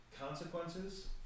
consequences